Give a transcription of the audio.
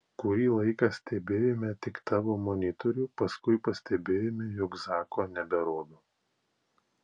kurį laiką stebėjome tik tavo monitorių paskui pastebėjome jog zako neberodo